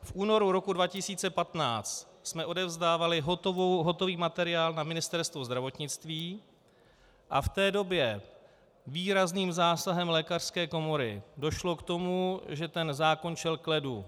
V únoru roku 2015 jsme odevzdávali hotový materiál na Ministerstvo zdravotnictví a v té době výrazným zásahem lékařské komory došlo k tomu, že ten zákon šel k ledu.